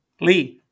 Lee